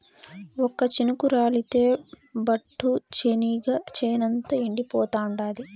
ఒక్క చినుకు రాలితె ఒట్టు, చెనిగ చేనంతా ఎండిపోతాండాది